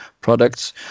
products